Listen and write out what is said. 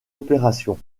opération